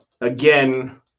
again